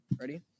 Ready